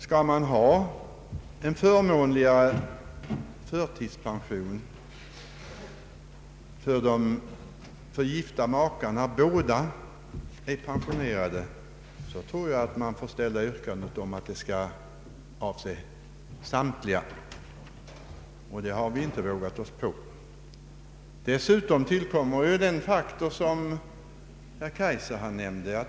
Vill man ha en förmån ligare förtidspension för gifta makar som båda är pensionerade, måste man nog ställa yrkandet så att det skall avse samtliga, och det har vi inte vågat oss på. Dessutom tillkommer den faktor som herr Kaijser nämnde.